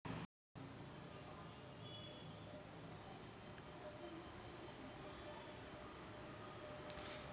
शहरी पायाभूत सुविधा सुधारण्यासाठी ही योजना शहरी स्थानिक संस्थांना संसाधनांची उपलब्धता सुनिश्चित करते